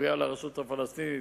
מפריע לרשות הפלסטינית,